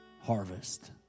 harvest